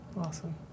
Awesome